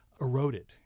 eroded